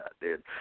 dude